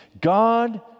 God